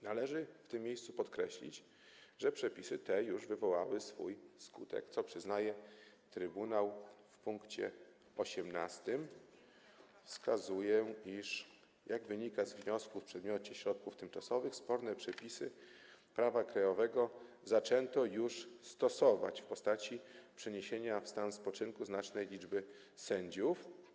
Należy w tym miejscu podkreślić, że przepisy te już wywołały swój skutek, co przyznaje Trybunał w pkt 18, wskazując, iż jak wynika z wniosku w przedmiocie środków tymczasowych sporne przepisy prawa krajowego zaczęto już stosować w postaci przeniesienia w stan spoczynku znacznej liczby sędziów.